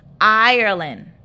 Ireland